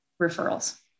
referrals